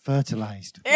Fertilized